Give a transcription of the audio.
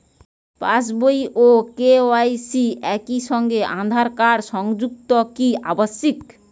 পাশ বই ও কে.ওয়াই.সি একই সঙ্গে আঁধার কার্ড সংযুক্ত কি আবশিক?